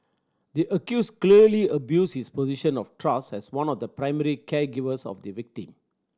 the accused clearly abused his position of trust as one of the primary caregivers of the victim